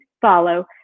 follow